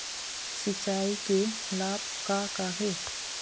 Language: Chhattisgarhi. सिचाई के लाभ का का हे?